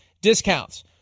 discounts